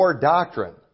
doctrine